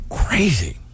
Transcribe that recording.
crazy